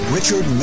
Richard